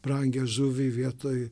brangią žuvį vietoj